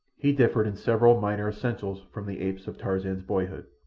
he differed in several minor essentials from the apes of tarzan's boyhood.